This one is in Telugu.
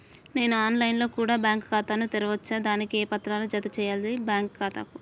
నేను ఆన్ లైన్ లో కూడా బ్యాంకు ఖాతా ను తెరవ వచ్చా? దానికి ఏ పత్రాలను జత చేయాలి బ్యాంకు ఖాతాకు?